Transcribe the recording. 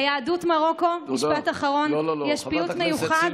ליהדות מרוקו, משפט אחרון, יש פיוט מיוחד.